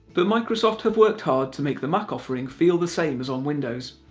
but microsoft have worked hard to make the mac offering feel the same as on windows.